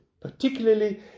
particularly